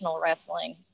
wrestling